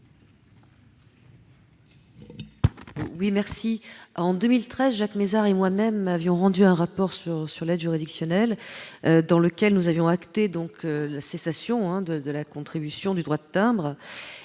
de vote. En 2014, Jacques Mézard et moi-même avions rendu un rapport sur l'aide juridictionnelle, dans lequel nous avions pris acte de la suppression du droit de timbre,